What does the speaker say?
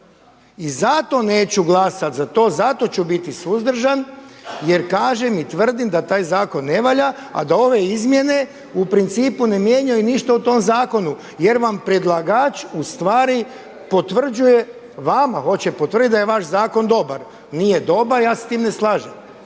i zato neću glasat za to, zato ću biti suzdržan jer kažem i tvrdim da taj zakon ne valja, a da ove izmjene u principu ne mijenjaju ništa u tom zakonu jer vam predlagač u stvari potvrđuje, vama hoće potvrdit da je vaš zakon dobar. Nije dobar, ja se s tim ne slažem